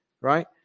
right